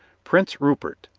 prince rupert,